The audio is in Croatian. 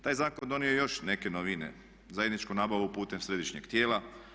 Taj zakon donio je još neke novine – zajedničku nabavu putem središnjeg tijela.